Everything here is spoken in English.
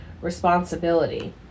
responsibility